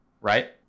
right